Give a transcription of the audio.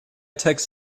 tech